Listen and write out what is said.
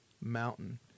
mountain